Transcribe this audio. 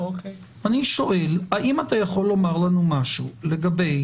אני שואל האם אתה יכול לומר לנו משהו לגבי